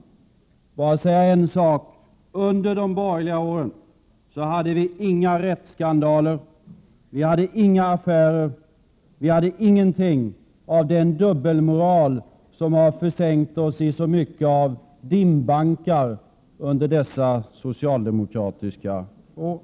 Jag vill bara säga en sak: Under de borgerliga åren hade vi inga rättsskandaler, inga affärer och ingenting av den dubbelmoral som så mycket har försänkt oss i dimbankar under dessa socialdemokratiska regeringsår.